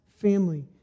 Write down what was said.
family